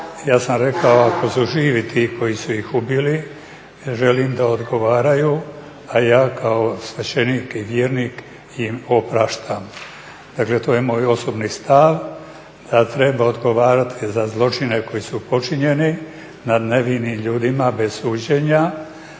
Ja sam rekao ako su živi ti koji su ih ubili, želim da odgovaraju, a ja kao svećenik i vjernik im opraštam. Dakle, to je moj osobni stav da treba odgovarati za zločine koji su počinjeni nad nevinim ljudima bez suđenja,